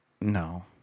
No